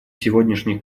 сегодняшних